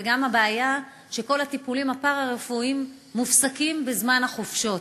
וגם הבעיה שכל הטיפולים הפארה-רפואיים מופסקים בזמן החופשות.